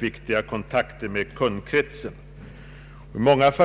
viktiga kontakten med kundkretsen. I många fa.